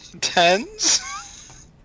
Tens